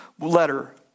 letter